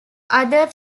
other